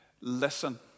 Listen